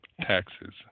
taxes